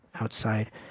outside